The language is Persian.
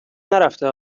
نرفته